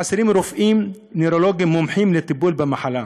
חסרים רופאים נוירולוגים מומחים לטיפול במחלה,